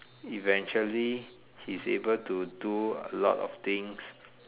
eventually he is able to do a lot of things